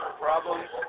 problems